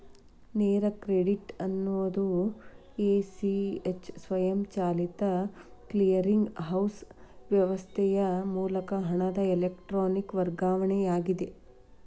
ನೇರ ಕ್ರೆಡಿಟ್ ಎನ್ನುವುದು A, C, H ಸ್ವಯಂಚಾಲಿತ ಕ್ಲಿಯರಿಂಗ್ ಹೌಸ್ ವ್ಯವಸ್ಥೆಯ ಮೂಲಕ ಹಣದ ಎಲೆಕ್ಟ್ರಾನಿಕ್ ವರ್ಗಾವಣೆಯಾಗಿದೆ